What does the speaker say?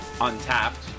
untapped